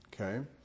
okay